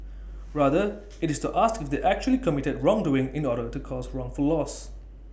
rather IT is to ask if they actually committed wrongdoing in order to cause wrongful loss